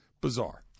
bizarre